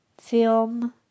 film